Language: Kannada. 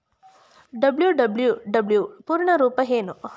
ಡಬ್ಲ್ಯೂ.ಡಬ್ಲ್ಯೂ.ಡಬ್ಲ್ಯೂ ಪೂರ್ಣ ರೂಪ ಏನು?